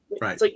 right